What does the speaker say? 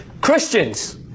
Christians